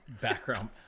background